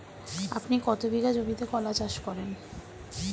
আপনি কত বিঘা জমিতে কলা চাষ করেন?